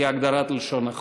כהגדרת לשון החוק.